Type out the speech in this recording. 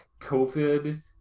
COVID